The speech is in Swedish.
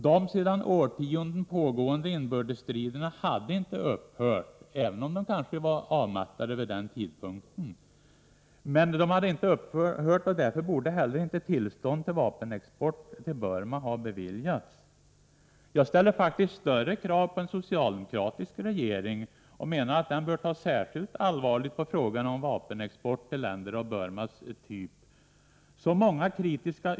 De sedan årtionden pågående inbördesstriderna hade inte upphört, även om de kanske var avmattade, vid den tidpunkten. Därför borde inte tillstånd till vapenexport till Burma ha beviljats. Jag ställer faktiskt större krav på en socialdemokratisk regering och menar att den bör ta särskilt allvarligt på frågan om vapenexport till länder av Burmas typ.